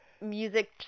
music